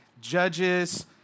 Judges